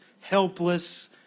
helpless